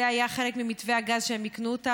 זה היה חלק ממתווה הגז, שהם יקנו אותה.